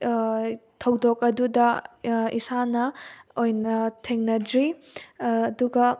ꯊꯧꯗꯣꯛ ꯑꯗꯨꯗ ꯏꯁꯥꯅ ꯑꯣꯏꯅ ꯊꯦꯡꯅꯗ꯭ꯔꯤ ꯑꯗꯨꯒ